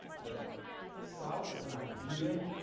the south as an idea,